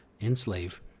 enslave